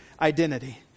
identity